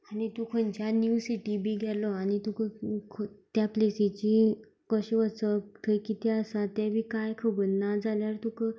आनी तूं खंय न्यू सिटी बी गेलो आनी तुका खंय त्या प्लेसीची कशें वचप थंय कितें आसा तें बी कांय खबरना जाल्यार तुका